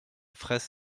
fraysse